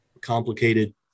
complicated